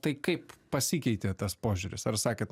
tai kaip pasikeitė tas požiūris ar sakėt